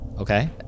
Okay